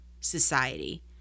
society